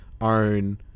own